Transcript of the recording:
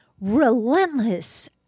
relentless